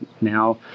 now